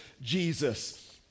Jesus